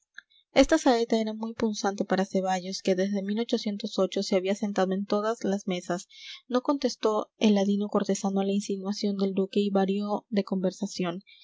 esta saeta era muy punzante para ceballos que desde se había sentado a todas las mesas no contestó el ladino cortesano a la insinuación del duque y varió de conversación